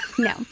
No